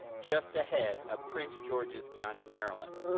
just ahead of prince george's county, maryland,